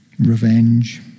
Revenge